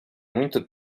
muito